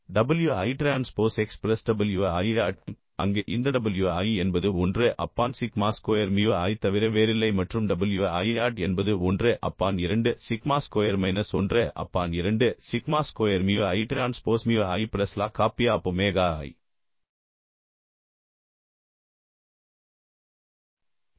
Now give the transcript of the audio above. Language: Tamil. w i transpose x plus w i naught அங்கு இந்த w i என்பது 1 upon sigma square mu i தவிர வேறில்லை மற்றும் w i நாட் என்பது 1 upon 2 sigma square minus 1 upon 2 sigma square mu i transpose mu i plus log of P of omega i